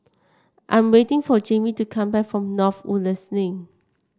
I'm waiting for Jamey to come back from North Woodlands Link